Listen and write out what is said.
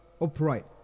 upright